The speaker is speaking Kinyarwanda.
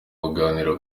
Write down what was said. baganira